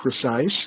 precise